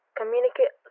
communicate